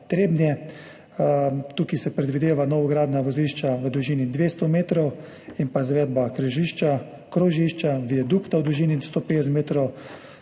Tukaj se predvideva novogradnja vozišča v dolžini 200 metrov in izvedba križišča, krožišča, viadukta v dolžini 150